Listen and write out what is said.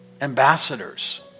ambassadors